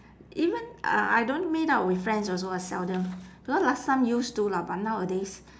even uh I don't meet up with friends also ah seldom because last time used to lah but nowadays